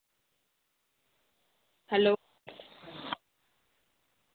hello